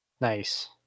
Nice